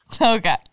okay